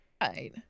Right